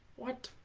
what